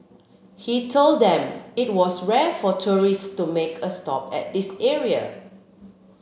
he told them it was rare for tourists to make a stop at this area